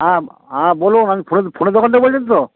হ্যাঁ বলুন আমি ফোনে ফোনের দোকান থেকে বলছেন তো